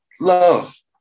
Love